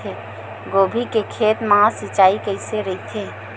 गोभी के खेत मा सिंचाई कइसे रहिथे?